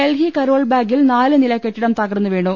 ഡൽഹി കരോൾ ബാഗിൽ നാല് നില കെട്ടിടം തകർന്നുവീണു